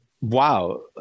wow